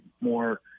more